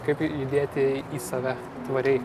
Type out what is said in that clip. kaip judėti į save tvariai